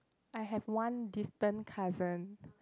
I have one distant cousin